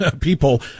people